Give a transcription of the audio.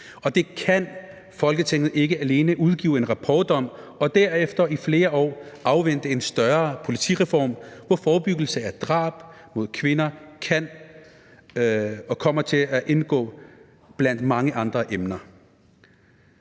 det kan Folketinget ikke bare udgive en rapport om og så derefter i flere år afvente en større politireform, hvor forebyggelse af drab på kvinder kommer til at indgå blandt mange andre emner.